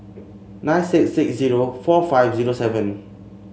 nine six six zero four five zero seven